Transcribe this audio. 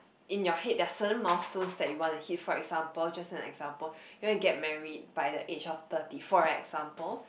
in your head there are a certain milestones that you wanna hit for example just an example you wanna get married by the age of thirty for example